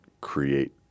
create